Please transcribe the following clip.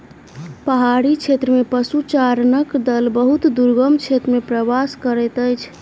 पहाड़ी क्षेत्र में पशुचारणक दल बहुत दुर्गम क्षेत्र में प्रवास करैत अछि